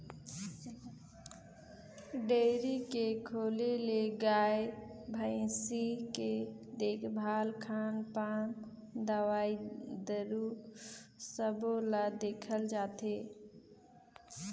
dairy के खोले ले गाय, भइसी के देखभाल, खान पान, दवई दारू सबो ल देखल जाथे